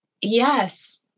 yes